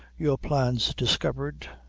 your plan's discovered,